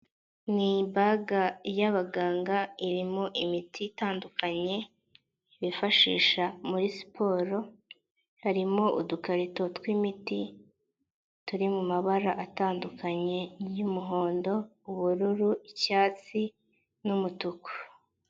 Ni ibaga y'abaganga irimo imiti itandukanye bifashisha muri siporo, harimo udukarito tw'imiti turi mu mabara atandukanye y'umuhondo, ubururu, icyatsi n'umutuku.